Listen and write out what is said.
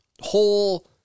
whole